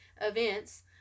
events